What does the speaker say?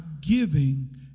giving